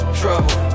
trouble